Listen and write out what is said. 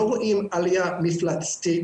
לא רואים עליה מפלצתית,